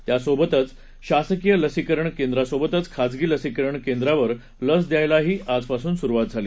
यासोबतच शासकीय लसीकरण केंद्रांसोबतच खाजगी लसीकरण केंद्रावर लस द्यायलाही आजपासून सुरुवात झाली